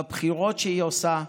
בבחירות שהיא עושה,